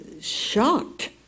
shocked